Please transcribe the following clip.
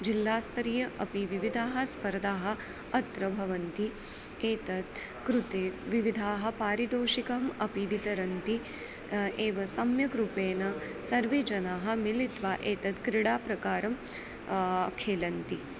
जिल्लास्तरीया अपि विविधाः स्पर्धाः अत्र भवन्ति एतत् कृते विविधाः पारिदोषिकम् अपि वितरन्ति एव सम्यग्रूपेण सर्वे जनाः मिलित्वा एतत् क्रीडाप्रकारं खेलन्ति